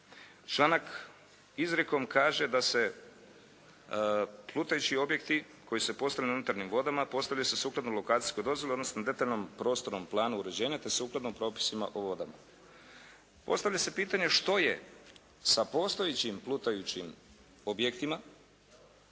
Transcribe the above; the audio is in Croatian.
Članak izrijekom kaže da se plutajući objekti koji se postavljaju na unutarnjim vodama postavljaju se sukladno lokacijskoj dozvoli odnosno detaljnom prostornom planu uređenja te sukladno propisima o vodama. Postavlja se pitanje što je sa postojećim plutajućim objektima